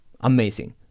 amazing